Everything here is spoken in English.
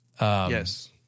Yes